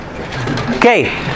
Okay